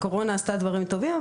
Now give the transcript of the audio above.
הקורונה עשתה דברים טובים,